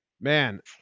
Man